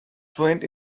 fluent